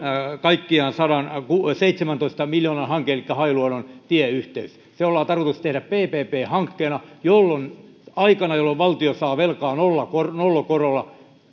kaikkiaan sadanseitsemäntoista miljoonan hanke elikkä hailuodon tieyhteys se on tarkoitus tehdä ppp hankkeena jolloin aikana jolloin valtio saa velkaa nollakorolla